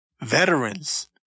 veterans